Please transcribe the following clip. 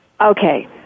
Okay